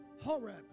Horeb